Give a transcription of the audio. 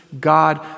God